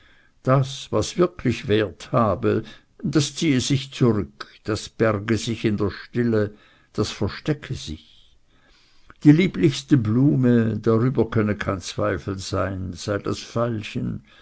das was wirklich wert habe das ziehe sich zurück das berge sich in stille das verstecke sich die lieblichste blume darüber könne kein zweifel sein sei das